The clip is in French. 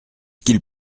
qu’il